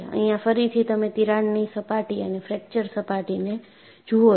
અહીંયા ફરીથી તમે તિરાડની સપાટી અને ફ્રેક્ચર સપાટી ને જુઓ છો